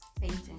painting